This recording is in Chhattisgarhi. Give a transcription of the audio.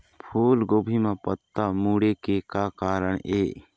फूलगोभी म पत्ता मुड़े के का कारण ये?